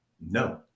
No